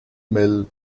mill